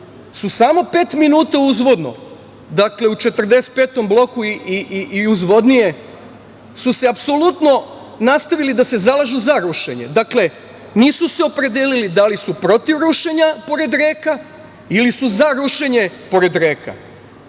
su samo pet minuta uzvodno, dakle u 45. Bloku i uzvodnije su se apsolutno nastavili da se zalažu za rušenje, dakle nisu se opredelili da li su protiv rušenja pored reka ili su za rušenje pored reka. Oni